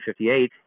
1958